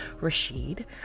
Rashid